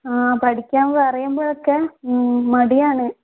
ആ പഠിക്കാൻ പറയുമ്പോഴൊക്കെ മടിയാണ്